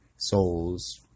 souls